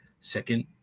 Second